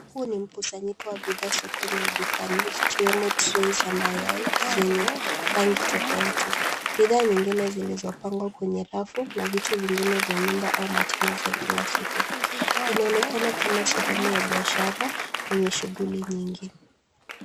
Huu ni mkusanyiko wa bidhaa sokoni au dukani, zikiwemo trei za mayai zenye rangi tofauti. Bidhaa nyingine zilizopangwa kwenye rafu na vitu vingine vya nyumba au matumizi ya kila siku. Inaonekana kama sehemu ya biashara yenye shughuli nyingi.